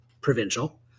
provincial